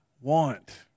want